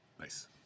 nice